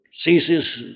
ceases